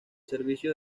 servicios